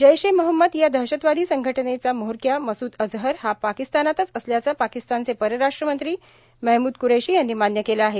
जैश ए मोहम्मद या दहशतवादी संघटनेचा म्होरक्या मसूद अजहर हा पाकिस्तानातच असल्याचं पाकिस्तानचे परराष्ट्र मंत्री महमूद क्रैशी यांनी मान्य केलं आहे